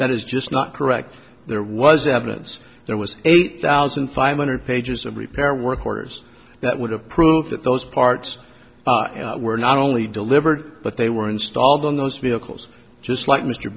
that is just not correct there was evidence there was eight thousand five hundred pages of repair work orders that would have proved that those parts were not only delivered but they were installed on those vehicles just li